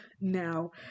Now